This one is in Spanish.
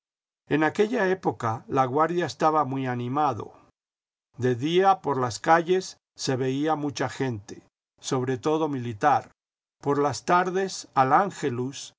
en aquella época laguardia estaba muy animado de día por las calles se veía mucha gente sobre todo militar por las tardes al